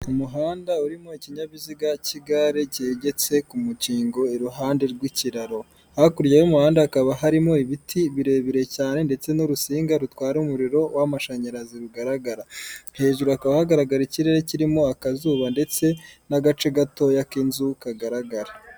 Umuhanda urimo ikinyabiziga cy'igare cyegetse ku mukingo iruhande rw'ikiraro .Hakurya y'umuhanda hakaba harimo ibiti birebire cyane ndetse n'urusinga rutwara umuriro w'amashanyarazi rugaragara. Hejuru hakaba hagaragara ikirere kirimo akazuba ndetse n'agace gatoya k'inzu kagaragara.